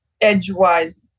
edgewise